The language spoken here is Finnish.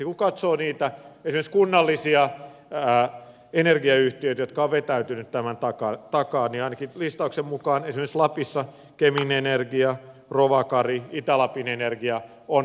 kun katsoo niitä esimerkiksi kunnallisia energiayhtiöitä jotka ovat vetäytyneet tämän takaa niin ainakin listauksen mukaan esimerkiksi lapissa kemin energia rovakaira itä lapin energia ovat vetäytyneet